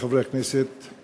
חבר הכנסת באסל גטאס.